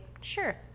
Sure